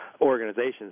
organizations